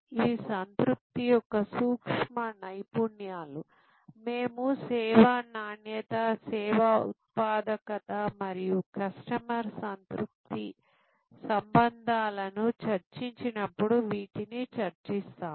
ఇవి సంతృప్తి యొక్క సూక్ష్మ నైపుణ్యాలు మేము సేవా నాణ్యత సేవా ఉత్పాదకత మరియు కస్టమర్ సంతృప్తి సంబంధాలను చర్చించినప్పుడు వీటిని చర్చిస్తాము